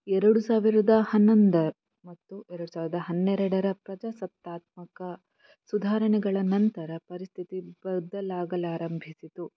ಎರಡು ಸಾವಿರದ ಹನ್ನೊಂದು ಮತ್ತು ಎರಡು ಸಾವಿರದ ಹನ್ನೆರಡರ ಪ್ರಜಾಸತ್ತಾತ್ಮಕ ಸುಧಾರಣೆಗಳ ನಂತರ ಪರಿಸ್ಥಿತಿ ಬದಲಾಗಲಾರಂಭಿಸಿತು